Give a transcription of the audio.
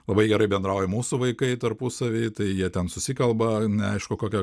labai gerai bendrauja mūsų vaikai tarpusavy tai jie ten susikalba neaišku kokia